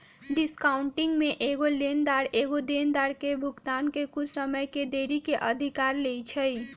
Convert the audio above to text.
discounting में एगो लेनदार एगो देनदार के भुगतान में कुछ समय के देरी के अधिकार लेइ छै